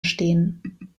stehen